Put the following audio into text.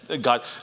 God